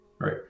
right